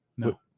No